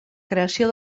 creació